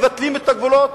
מבטלים את הגבולות,